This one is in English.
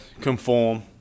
conform